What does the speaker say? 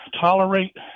tolerate